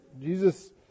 Jesus